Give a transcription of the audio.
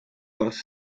kas